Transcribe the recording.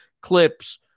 clips